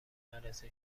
مدرسه